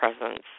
presence